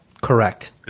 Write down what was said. Correct